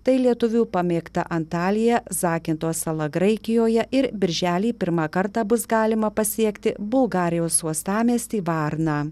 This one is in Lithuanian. tai lietuvių pamėgta antalija zakinto sala graikijoje ir birželį pirmą kartą bus galima pasiekti bulgarijos uostamiestį varną